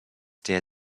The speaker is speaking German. der